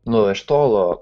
nu iš tolo